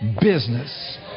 business